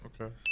Okay